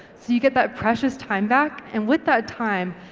so you get that precious time back and with that time,